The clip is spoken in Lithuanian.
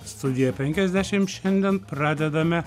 studiją penkiasdešim šiandien pradedame